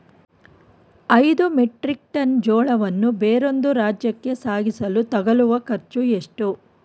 ಐದು metric tonne ಜೋಳವನ್ನು ಬೇರೊಂದು ರಾಜ್ಯಕ್ಕೆ ಸಾಗಿಸಲು ತಗಲುವ ಖರ್ಚು ಎಷ್ಟು?